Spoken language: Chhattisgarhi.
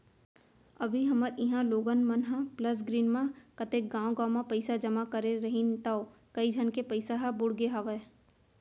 अभी हमर इहॉं लोगन मन ह प्लस ग्रीन म कतेक गॉंव गॉंव म पइसा जमा करे रहिन तौ कइ झन के पइसा ह बुड़गे हवय